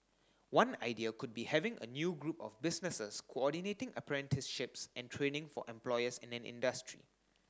one idea could be having a new group of businesses coordinating apprenticeships and training for employers in an industry